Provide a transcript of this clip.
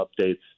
updates